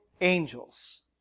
angels